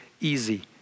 easy